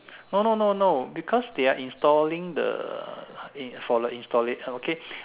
no no no no because they are installing the for the installation okay